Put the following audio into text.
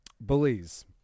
Bullies